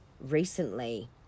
recently